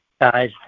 Guys